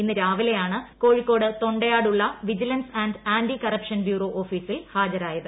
ഇന്ന് രാവിലെയാണ് കോഴിക്കോട് തൊണ്ടയാടുള്ള vigilance and anti corruption bureau ഓഫീസിൽ ഹാജരായത്